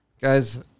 guys